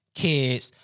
kids